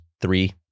three